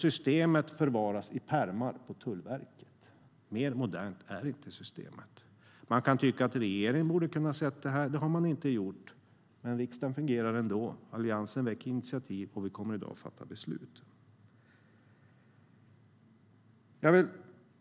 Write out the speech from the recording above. Systemet förvaras i pärmar på Tullverket. Mer modernt är inte systemet. Man kan tycka att regeringen borde ha sett det här. Det har den inte gjort, men riksdagen fungerar ändå. Alliansen väcker initiativ, och vi kommer i dag att fatta beslut. Herr talman!